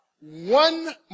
one